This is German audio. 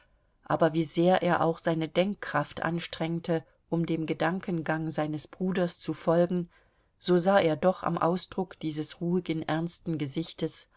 aber wie sehr er auch seine denkkraft anstrengte um dem gedankengang seines bruders zu folgen so sah er doch am ausdruck dieses ruhigen ernsten gesichtes